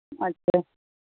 अच्छा